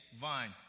vine